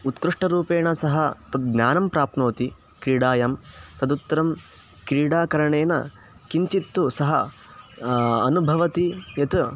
उत्कृष्टरूपेण सः तद् ज्ञानं प्राप्नोति क्रीडायां तदुत्तरं क्रीडाकरणेन किञ्चित्तु सः अनुभवति यत्